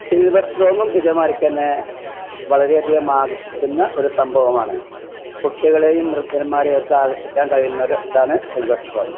silver സ്ട്രോമും ഇതേ മാതിരിക്ക് തന്നെ വളരെ അധികം ആകർഷിക്കുന്ന ഒരു സംഭവമാണ് കുട്ടികളെയും വൃദ്ധന്മാരെയുമൊക്കെ ആകർഷിക്കാൻ കഴിയുന്ന ഒരു ഇതാണ് സിൽവർ സ്റ്റോം